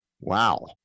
Wow